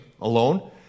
Alone